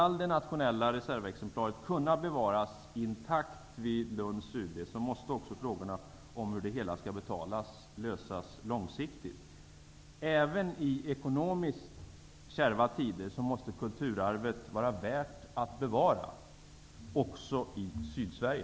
Om det nationella reservexemplaret skall kunna bevaras intakt vid Lunds UB måste problemen med betalningen få en långsiktig lösning. Även i ekonomiskt kärva tider måste kulturarvet vara värt att bevara -- också i Sydsverige!